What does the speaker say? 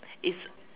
it's